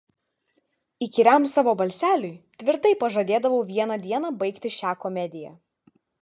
įkyriam savo balseliui tvirtai pažadėdavau vieną dieną baigti šią komediją